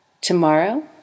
Tomorrow